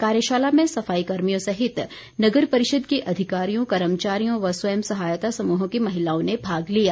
कार्यशाला में सफाई कर्मियों सहित नगर परिषद के अधिकारियों कर्मचारियों व स्वयं सहायता समूहों की महिलाओं ने भाग लिया